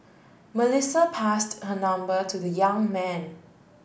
Melissa passed her number to the young man